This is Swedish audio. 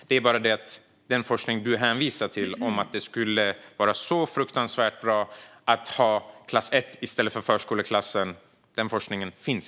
Det är bara det att den forskning som du hänvisar till, att det skulle vara fruktansvärt bra att ha klass 1 i stället för förskoleklassen, inte finns.